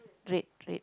red red